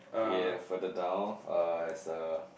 yea further down uh it's a